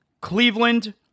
Cleveland